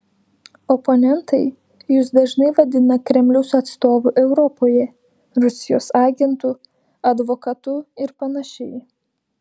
oponentai jus dažnai vadina kremliaus atstovu europoje rusijos agentu advokatu ir panašiai